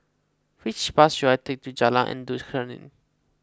which bus should I take to Jalan Endut Senin